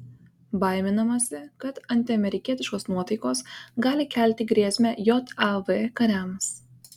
baiminamasi kad antiamerikietiškos nuotaikos gali kelti grėsmę jav kariams